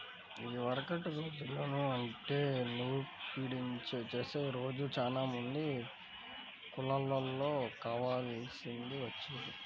ఇదివరకటి రోజుల్లో అంటే నూర్పిడి చేసే రోజు చానా మంది కూలోళ్ళు కావాల్సి వచ్చేది